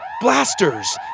Blasters